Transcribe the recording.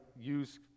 use